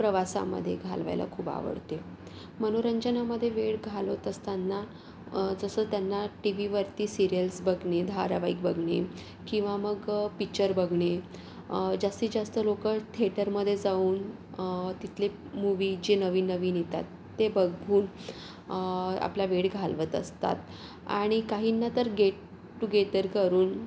प्रवासामध्ये घालवायला खूप आवडते मनोरंजनामध्ये वेळ घालवत असताना जसं त्यांना टी व्हीवरती सीरिअल्स बघणे धारावाहिक बघणे किंवा मग पिक्चर बघणे जास्तीतजास्त लोकं थेअटरमध्ये जाऊन तिथले मूव्ही जे नवीननवीन येतात ते बघून आपला वेळ घालवत असतात आणि काहींना तर गेट टूगेदर करून